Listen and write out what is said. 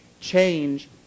change